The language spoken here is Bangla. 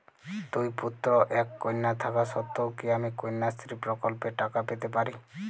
দুই পুত্র এক কন্যা থাকা সত্ত্বেও কি আমি কন্যাশ্রী প্রকল্পে টাকা পেতে পারি?